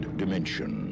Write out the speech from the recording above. dimension